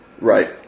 Right